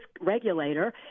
regulator